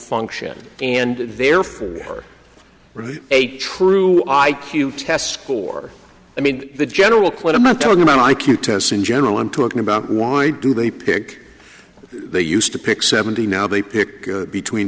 function and therefore are a true i q test score i mean the general quote i'm not talking about i q tests in general i'm talking about why do they pick they used to pick seventy now they pick between